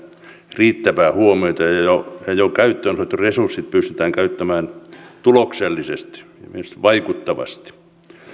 riittävää huomiota ja jo käyttöön otetut resurssit pystytään käyttämään tuloksellisesti siis vaikuttavasti